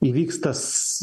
įvyks tas